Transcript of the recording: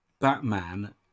Batman